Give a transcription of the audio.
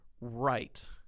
right